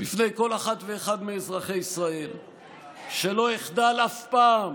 בפני כל אחת ואחד מאזרחי ישראל שלא אחדל אף פעם